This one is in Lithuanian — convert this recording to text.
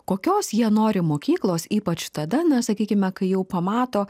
kokios jie nori mokyklos ypač tada na sakykime kai jau pamato